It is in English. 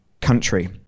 country